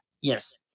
Yes